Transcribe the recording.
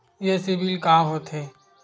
ये सीबिल का होथे?